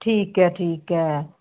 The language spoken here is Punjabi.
ਠੀਕ ਹੈ ਠੀਕ ਹੈ